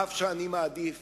אף שאני מעדיף